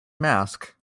mask